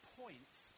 points